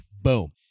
boom